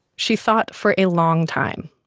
she thought for a long time.